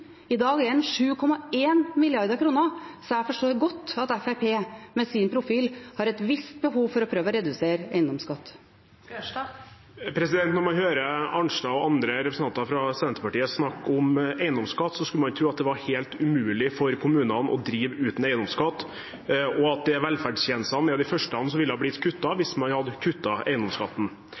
I dag er den på 7,1 mrd. kr. Så jeg forstår godt at Fremskrittspartiet, med sin profil, har et visst behov for å prøve å redusere eiendomsskatten. Når man hører representanten Arnstad og andre representanter for Senterpartiet snakke om eiendomsskatt, skulle man tro at det var helt umulig for kommunene å drive uten eiendomsskatt, og at velferdstjenestene er det første som ville bli kuttet i hvis man hadde kuttet eiendomsskatten.